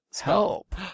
help